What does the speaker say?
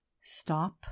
Stop